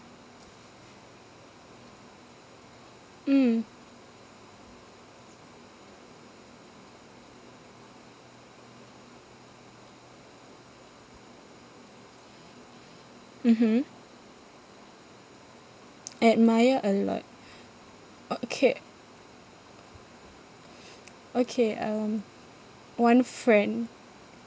mm mmhmm admire a lot okay okay um one friend